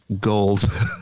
gold